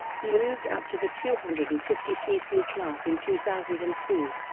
he moved up to the two hundred and fifty cc class in two thousand and two.